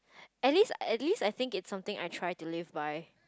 at least at least I think is something I try to live by